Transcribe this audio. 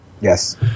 Yes